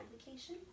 application